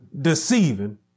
deceiving